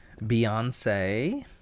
Beyonce